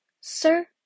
Sir